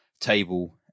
table